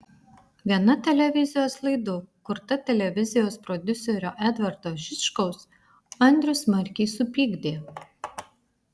viena televizijos laidų kurta televizijos prodiuserio edvardo žičkaus andrių smarkiai supykdė